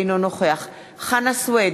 אינו נוכח חנא סוייד,